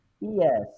Yes